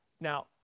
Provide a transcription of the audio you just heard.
Now